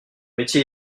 métier